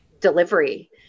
delivery